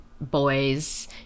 boys